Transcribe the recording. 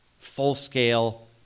full-scale